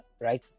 right